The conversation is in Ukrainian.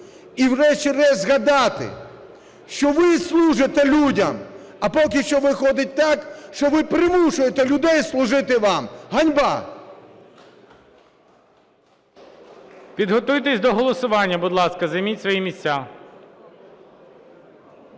І врешті-решт згадати, що ви служите людям, а поки що виходить так, що ви примушуєте людей служити вам. Ганьба! ГОЛОВУЮЧИЙ. Підготуйтесь до голосування, будь ласка, займіть свої місця.